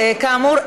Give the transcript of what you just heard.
כאמור,